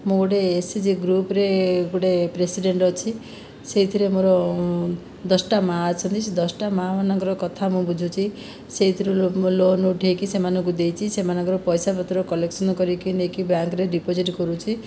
ମୁଁ ଗୋଟିଏ ଏସ୍ଏଚ୍ଜି ଗ୍ରୁପରେ ଗୋଟିଏ ପ୍ରେସିଡେଣ୍ଟ ଅଛି ସେଇଥିରେ ମୋ'ର ଦଶଟା ମାଆ ଅଛନ୍ତି ସେ ଦଶଟା ମାଆ ମାନଙ୍କର କଥା ମୁଁ ବୁଝୁଛି ସେଇଥିରୁ ଲୋନ୍ ଉଠେଇକି ସେମାନଙ୍କୁ ଦେଇଛି ସେମାନଙ୍କର ପଇସା ପତ୍ର କଲେକ୍ସନ୍ କରିକି ନେଇକି ବ୍ୟାଙ୍କରେ ଡିପୋଜିଟ୍ କରୁଛି